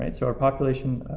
i mean so our population,